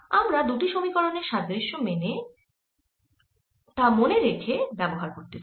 আমরা দুটি সমীকরণের সাদৃশ্য মনে রেখে তা ব্যবহার করতে চাই